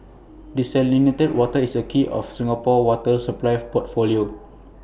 desalinated water is A key of Singapore's water supply portfolio